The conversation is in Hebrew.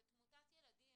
בתמותת ילדים